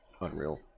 unreal